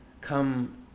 come